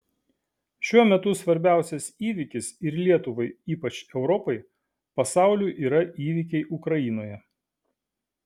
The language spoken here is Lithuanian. šiuo metu svarbiausias įvykis ir lietuvai ypač europai pasauliui yra įvykiai ukrainoje